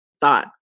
thought